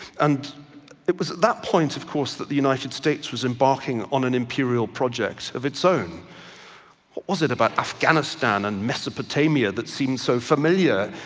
and it was at that point, of course, that the united states was embarking on an imperial project of its own. what was it about afghanistan and mesopotamia that seemed so familiar.